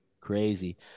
crazy